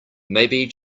maybe